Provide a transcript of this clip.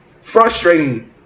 frustrating